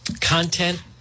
content